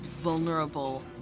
vulnerable